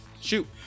Shoot